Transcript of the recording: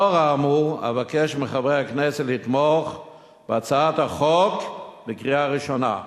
לאור האמור אבקש מחברי הכנסת לתמוך בהצעת החוק בקריאה ראשונה,